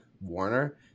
Warner